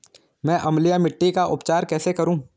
मैं अम्लीय मिट्टी का उपचार कैसे करूं?